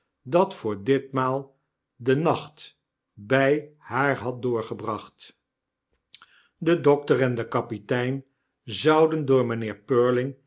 dat voor ditmaal den nacht by haar had doorgebracht de dokter en de kapitein zouden door mynheer